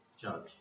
judge